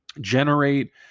generate